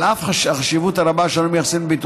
על אף החשיבות הרבה שאנו מייחסים לביטול